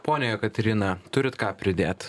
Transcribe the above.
ponia jekaterina turit ką pridėt